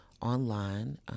online